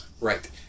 Right